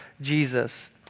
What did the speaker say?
Jesus